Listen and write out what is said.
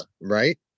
Right